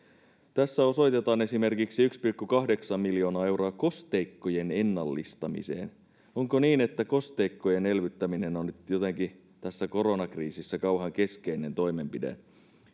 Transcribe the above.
tässä osoitetaan esimerkiksi yksi pilkku kahdeksan miljoonaa euroa kosteikkojen ennallistamiseen onko niin että kosteikkojen elvyttäminen on nyt jotenkin tässä koronakriisissä kauhean keskeinen toimenpide